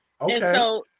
Okay